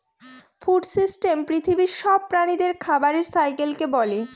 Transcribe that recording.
food system পৃথিবীর সব প্রাণীদের খাবারের সাইকেলকে বলে